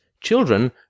children